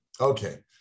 okay